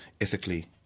ethically